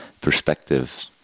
perspective